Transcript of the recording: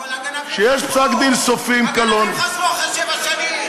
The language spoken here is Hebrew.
אבל הגנבים חזרו, הגנבים חזרו אחרי שבע שנים.